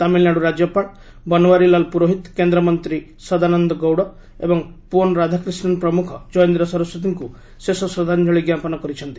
ତାମିଲନାଡୁ ରାଜ୍ୟପାଳ ବନୱାରିଲାଲ ପୁରୋହିତ କେନ୍ଦ୍ରମନ୍ତ୍ରୀ ସଦାନନ୍ଦ ଗୌଡ଼ ଏବଂ ପୋନ୍ ରାଧାକ୍ରିଷନ୍ ପ୍ରମୁଖ ଜୟେନ୍ଦ୍ର ସରସ୍ୱତୀଙ୍କୁ ଶେଷ ଶ୍ରଦ୍ଧାଞ୍ଚଳି ଜ୍ଞାପନ କରିଛନ୍ତି